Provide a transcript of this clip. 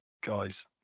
guys